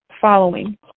following